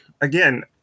again